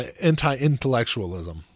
anti-intellectualism